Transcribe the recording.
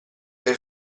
per